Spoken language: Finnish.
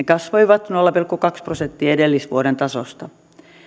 kasvoivat nolla pilkku kaksi prosenttia edellisvuoden tasosta